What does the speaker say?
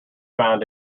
found